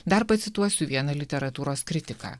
dar pacituosiu vieną literatūros kritiką